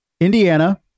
Indiana